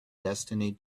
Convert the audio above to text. destiny